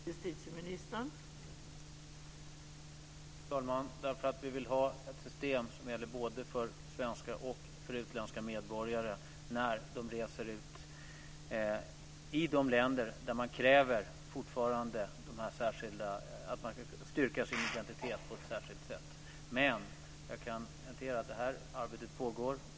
Fru talman! Därför att vi vill ha ett system som gäller både för svenska och för utländska medborgare när de reser till de länder där man fortfarande kräver att man kan styrka sin identitet på särskilt sätt. Men jag kan garantera att arbetet pågår.